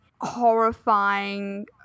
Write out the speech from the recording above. horrifying